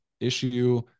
issue